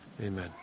Amen